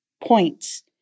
points